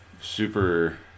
Super